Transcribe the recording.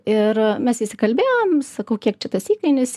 ir mes įsikalbėjom sakau kiek čia tas įkainis